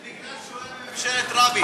זה מפני שהוא היה בממשלת רבין.